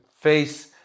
face